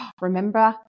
remember